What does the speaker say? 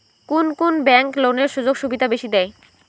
কুন কুন ব্যাংক লোনের সুযোগ সুবিধা বেশি দেয়?